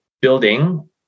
building